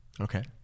Okay